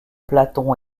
platon